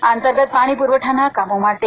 આ અંતર્ગત પાણી પુરવઠાના કામો માટે રૂ